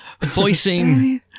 voicing